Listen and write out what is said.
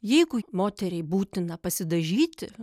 jeigu moteriai būtina pasidažyti